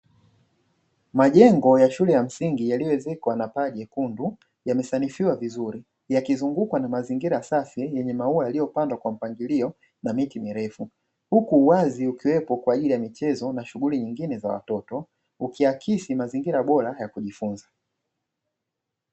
Majengo ya shule ya msingi yaliyoezekwa na paa jekundu, yamesanifiwa vizuri yakizungukwa na mazingira masafi yenye maua yaliyopandwa kwa mpangilio na miti mirefu. Huku uwazi ukiwepo kwa ajili ya michezo na shughuli nyingine za watoto, ukiakisi mazingira bora ya kujifunza.